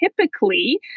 typically